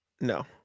No